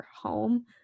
home